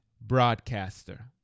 broadcaster